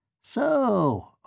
So